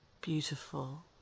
beautiful